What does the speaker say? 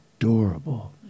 adorable